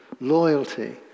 loyalty